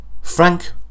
Frank